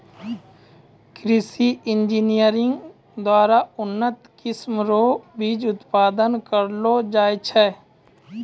कृषि इंजीनियरिंग द्वारा उन्नत किस्म रो बीज उत्पादन करलो जाय छै